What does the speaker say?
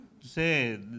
say